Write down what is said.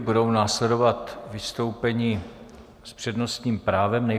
Budou následovat vystoupení s přednostním právem.